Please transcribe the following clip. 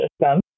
system